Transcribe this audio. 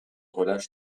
relâche